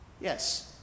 Yes